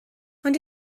ond